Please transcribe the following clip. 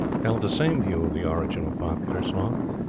held the same view of the origin of popular song,